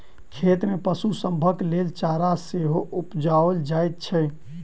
खेत मे पशु सभक लेल चारा सेहो उपजाओल जाइत छै